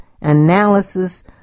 analysis